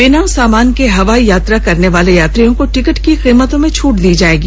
बिना सामान के हवाई यात्रा करने वाले यात्रियों को टिकट की कीमतों में छूट दी जाएगी